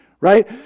Right